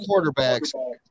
quarterbacks